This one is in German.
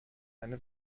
eine